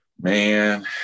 man